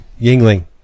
Yingling